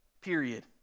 period